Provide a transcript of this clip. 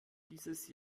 dieses